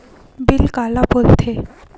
Bill काला बोल थे?